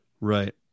Right